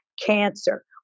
cancer